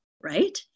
right